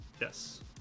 yes